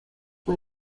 fue